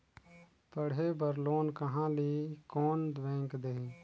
पढ़े बर लोन कहा ली? कोन बैंक देही?